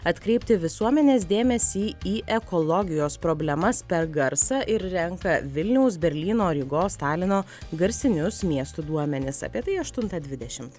atkreipti visuomenės dėmesį į ekologijos problemas per garsą ir renka vilniaus berlyno rygos talino garsinius miestų duomenis apie tai aštuntą dvidešimt